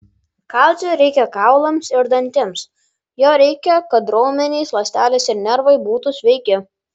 kalcio reikia kaulams ir dantims jo reikia kad raumenys ląstelės ir nervai būtų sveiki